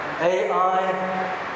AI